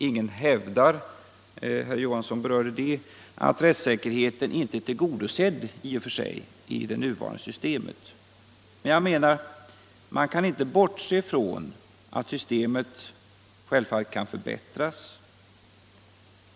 Ingen hävdar — herr Johansson i Trollhättan berörde det — att rättssäkerheten i och för sig inte är tillgodosedd i det nuvarande systemet. Men man kan inte bortse ifrån att systemet självfallet kan — Nr 136 förbättras.